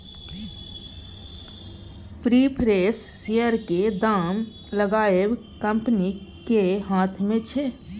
preference शेयरक दाम लगाएब कंपनीक हाथ मे छै